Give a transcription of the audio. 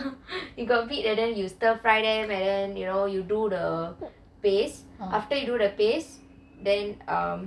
you got meat and then you stir fry them and then you know you do the paste after you do the paste then um